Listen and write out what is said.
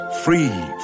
Free